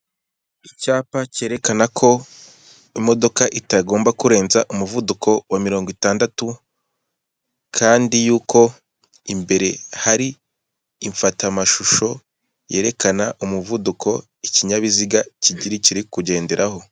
Icyapa cyerekana ko imodoka itagomba kurenza umuvuduko wa mirongo itandatu, kandi yuko imbere hari imfatamashusho yerekana umuvuduko ikinyabiziga kiri kugenderaho.